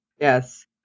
Yes